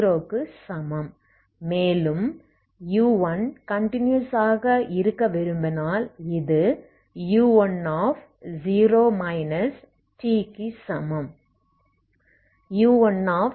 மேலும் u1கன்டினியஸ் ஆக இருக்க விரும்பினால் இது u10 tக்கு சமம்